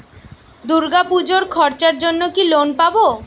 দূর্গাপুজোর খরচার জন্য কি লোন পাব?